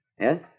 Yes